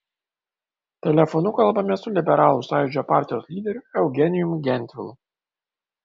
telefonu kalbamės su liberalų sąjūdžio partijos lyderiu eugenijumi gentvilu